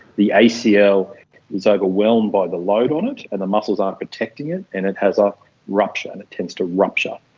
the acl like is ah overwhelmed by the load on it and the muscles aren't protecting it and it has a rupture and it tends to rupture,